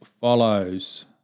follows